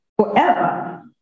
forever